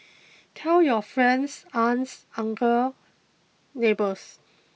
tell your friends aunts uncles neighbours